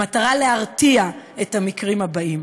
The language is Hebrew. במטרה להרתיע מפני המקרים הבאים.